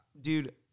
dude